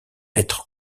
être